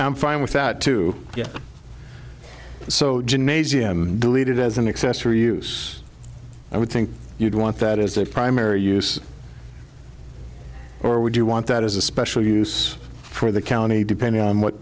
i'm fine with that too so gymnasium deleted as in excess for use i would think you'd want that is their primary use or would you want that as a special use for the county depending on what